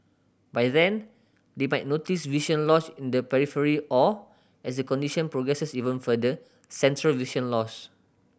by then they might notice vision loss in the periphery or as the condition progresses even further central vision loss